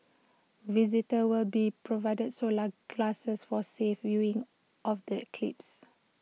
visitors will be provided solar glasses for safe viewing of the eclipse